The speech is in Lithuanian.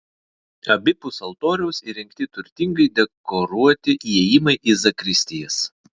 abipus altoriaus įrengti turtingai dekoruoti įėjimai į zakristijas